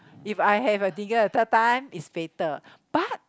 if I have the fever at third time is fatal but